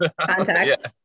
contact